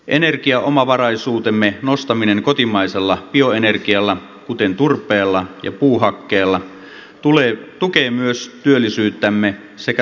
energiaomavaraisuutemme nostaminen kotimaisella bioenergialla kuten turpeella ja puuhakkeella tukee myös työllisyyttämme sekä talouskasvua